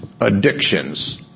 addictions